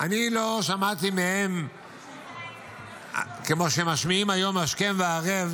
אני לא שמעתי מהם כמו שמשמיעים היום השכם והערב